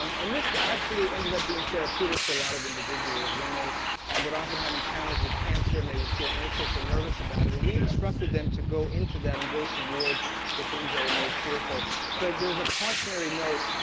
um and this actually ended up being therapeutic for a lot of individuals. when they would often have encounters with cancer, and they would feel anxious or nervous about it, we instructed them to go into that, and go towards the things that were most fearful. but there's a cautionary note,